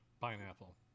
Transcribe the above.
pineapple